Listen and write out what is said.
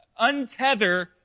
untether